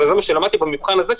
זה מה שלמדתי במבחן הזה,